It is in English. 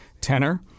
tenor